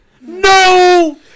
No